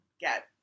get